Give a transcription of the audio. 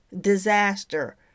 disaster